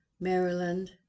Maryland